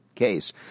case